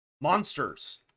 monsters